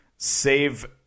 save